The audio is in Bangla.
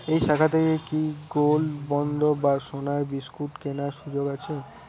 এই শাখা থেকে কি গোল্ডবন্ড বা সোনার বিসকুট কেনার সুযোগ আছে?